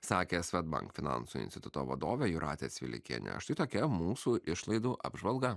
sakė swedbank finansų instituto vadovė jūratė cvilikienė štai tai tokia mūsų išlaidų apžvalga